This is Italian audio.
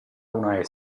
una